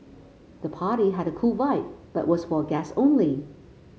the party had a cool vibe but was for guests only